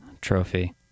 Trophy